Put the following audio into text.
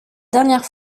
dernière